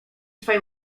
twej